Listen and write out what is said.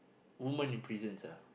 women in prisons ah